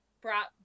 brought